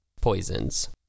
Poisons